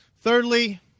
Thirdly